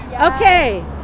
Okay